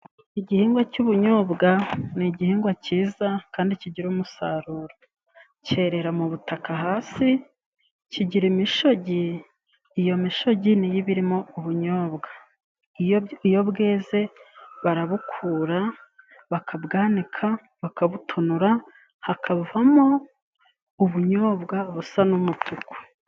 Igihingwa cy'ubunyobwa ni igihingwa cyiza kandi kigira umusaruro. Cyerera mu butaka hasi, kigira imishogi. Iyo mishogi ni yo iba irimo ubunyobwa. Iyo bweze barabukura, bakabwanika, bakabutonora, hakavamo ubunyobwa busa n'umutuku.